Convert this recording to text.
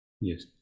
yes